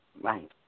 Right